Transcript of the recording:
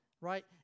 right